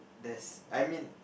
there's I mean